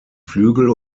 flügel